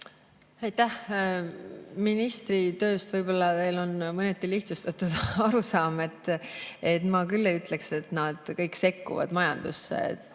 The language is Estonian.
Aitäh! Ministri tööst võib-olla teil on mõneti lihtsustatud arusaam. Ma küll ei ütleks, et nad kõik sekkuvad majandusse.